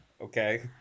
Okay